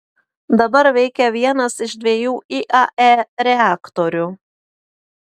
dabar veikia vienas iš dviejų iae reaktorių